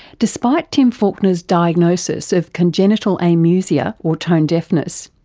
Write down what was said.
despite tim falconer's diagnosis of congenital amusia or tone deafness,